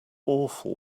awful